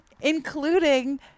including